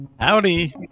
Howdy